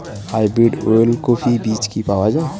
Hybrid ওলকফি বীজ কি পাওয়া য়ায়?